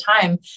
time